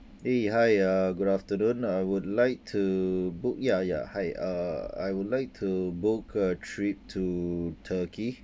eh hi uh good afternoon I would like to book ya ya hi uh I would like to book a trip to turkey